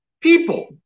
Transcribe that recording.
people